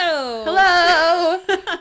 Hello